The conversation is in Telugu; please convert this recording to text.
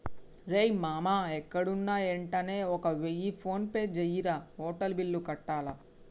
రేయ్ మామా ఎక్కడున్నా యెంటనే ఒక వెయ్య ఫోన్పే జెయ్యిరా, హోటల్ బిల్లు కట్టాల